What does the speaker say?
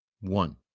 One